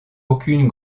aucune